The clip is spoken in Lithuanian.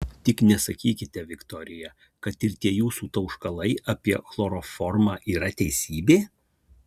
tik nesakykite viktorija kad ir tie jūsų tauškalai apie chloroformą yra teisybė